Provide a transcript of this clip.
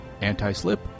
anti-slip